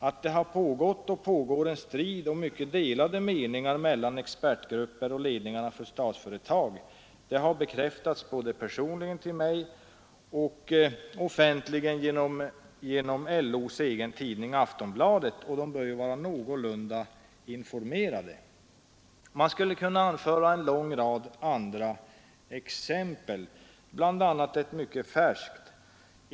Att det har pågått och fortfarande pågår en strid och råder mycket delade meningar mellan expertgrupperna och ledningarna för statsföretag har bekräftats både personligen till mig och offentligen genom LO:s egen tidning Aftonbladet, och den bör ju vara någorlunda informerad. Jag skulle kunna anföra en lång rad andra exempel, bl.a. ett mycket färskt.